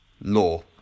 Law